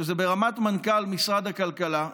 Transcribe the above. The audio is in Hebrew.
זה ברמת מנכ"ל משרד הכלכלה,